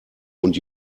und